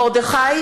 (קוראת בשמות חברי הכנסת) מרדכי יוגב,